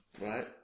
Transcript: Right